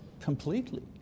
completely